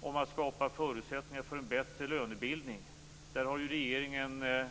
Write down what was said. om att skapa förutsättningar för en bättre lönebildning. Där har